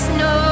no